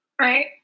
Right